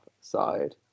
side